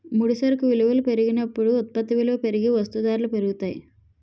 ముడి సరుకు విలువల పెరిగినప్పుడు ఉత్పత్తి విలువ పెరిగి వస్తూ ధరలు పెరుగుతాయి